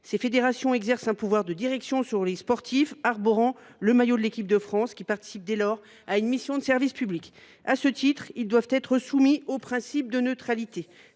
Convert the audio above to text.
Ces fédérations exercent un pouvoir de direction sur les sportifs arborant le maillot de l’équipe de France, qui participent dès lors à une mission de service public. À ce titre, ils doivent être soumis au principe de neutralité.